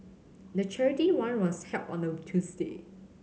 the charity run was held on a Tuesday